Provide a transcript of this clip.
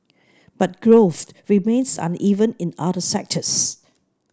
but growth remains uneven in other sectors